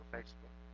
Facebook